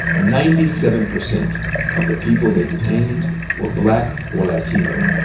ninety seven percent of the people they detained were black or latino.